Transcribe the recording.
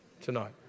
tonight